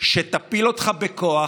שתפיל אותך בכוח,